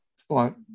thought